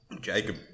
Jacob